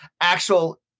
actual